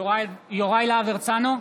יוראי להב הרצנו,